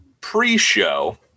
pre-show